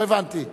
לא הבנתי.